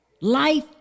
Life